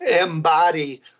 embody